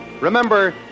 Remember